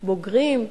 בוגרים,